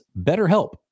betterhelp